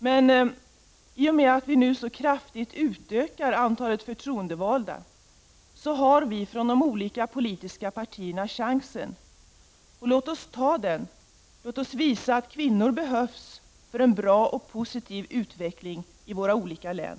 Men i och med att vi nu så kraftigt utökar antalet förtroendevalda, har vi från de olika partierna chansen. Låt oss ta den. Låt oss visa att kvinnor behövs för en bra och positiv utveckling i våra olika län.